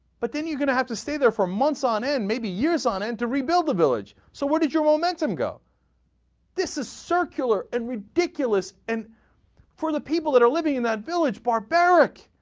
but then you're gonna have to stay there for months on end may be years on and to rebuild the village so what did you won't let them go this is a star killer and rediculous and for the people that are living in that village barbaric